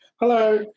Hello